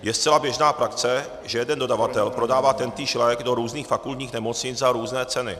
Je zcela běžná praxe, že jeden dodavatel prodává tentýž lék do různých fakultních nemocnic za různé ceny.